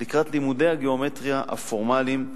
לקראת לימודי הגיאומטריה הפורמליים.